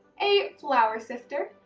a flour sifter,